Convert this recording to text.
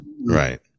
Right